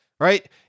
right